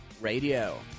Radio